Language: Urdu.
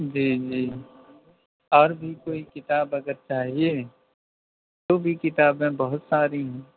جی جی اور بھی کوئی کتاب اگر چاہیے وہ بھی کتاب ہیں بہت ساری ہیں